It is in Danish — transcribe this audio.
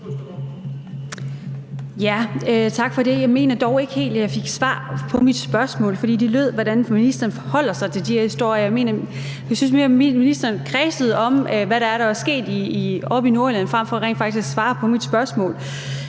Tak for det. Jeg mener dog ikke helt, jeg fik svar på mit spørgsmål, for det lød, hvordan ministeren forholder sig til de her historier. Jeg synes mere, ministeren kredsede om, hvad det er, der er sket oppe i Nordjylland, frem for rent faktisk at svare på mit spørgsmål.